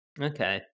Okay